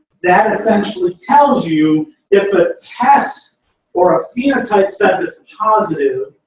that essentially tells you if a test or a phenotype says it's positive.